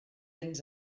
ens